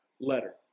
letter